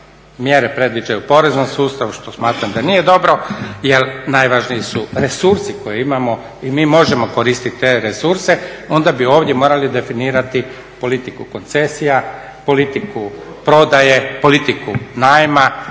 mjere predviđaju u poreznom sustavu, što smatram da nije dobro jer najvažniji su resursi koje imamo i mi možemo koristiti te resurse, onda bi ovdje morali definirati politiku koncesija, politiku prodaje, politiku najma